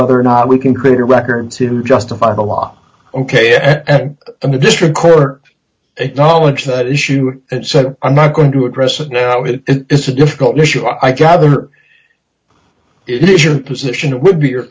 whether or not we can create a record to justify the law ok at end and the district court acknowledged that issue and said i'm not going to address it now it is a difficult issue i gather if your position would be your